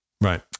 Right